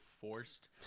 forced